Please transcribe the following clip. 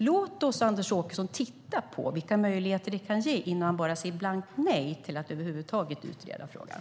Låt oss, Anders Åkesson, titta på vilka möjligheter det kan ge innan du säger blankt nej till att över huvud taget utreda frågan!